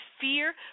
fear